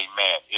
Amen